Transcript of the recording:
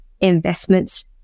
investments